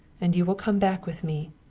and you will come back with me.